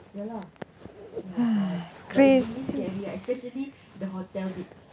ya lah very scary especially the hotel bit